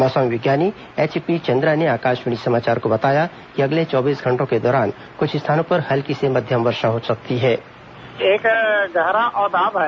मौसम विज्ञानी एचपी चंद्रा ने आकाशवाणी समाचार को बताया कि अगले चौबीस घंटों के दौरान कुछ स्थानों पर हल्की से मध्यम वर्षा हो सकती है